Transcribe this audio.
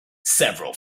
several